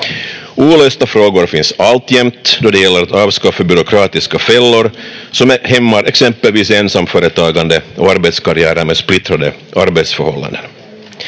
Olösta frågor finns alltjämt då det gäller att avskaffa byråkratiska fällor som hämmar exempelvis ensamföretagande och arbetskarriärer med splittrade arbetsförhållanden.